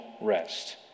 rest